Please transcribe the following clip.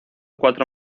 cuatro